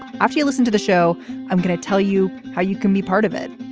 after you listen to the show i'm going to tell you how you can be part of it.